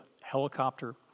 helicopter